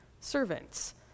servants